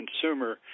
consumer